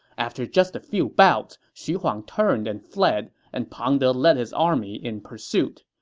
after just a few bouts, xu huang turned and fled, and pang de led his army in pursuit.